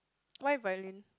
why violin